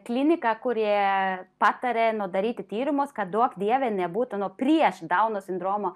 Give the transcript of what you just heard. klinika kuri patarė daryti tyrimus kad duok dieve nebūtų nu prieš dauno sindromo